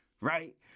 right